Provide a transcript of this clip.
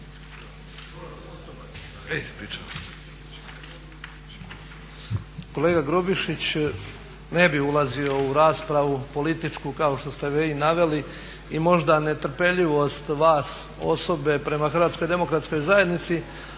Kolega Grubišić, ne bih ulazio u raspravu političku kao što ste vi naveli i možda netrpeljivost vas osobe prema Hrvatskoj demokratskoj zajednici.